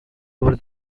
over